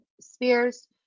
Spears